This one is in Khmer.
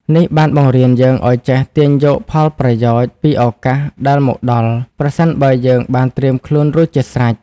នេះបានបង្រៀនយើងឱ្យចេះទាញយកផលប្រយោជន៍ពីឱកាសដែលមកដល់ ប្រសិនបើយើងបានត្រៀមខ្លួនរួចជាស្រេច។